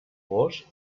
gos